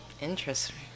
Interesting